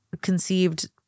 conceived